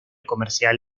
comercial